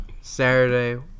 Saturday